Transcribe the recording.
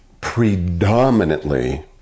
Predominantly